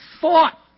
fought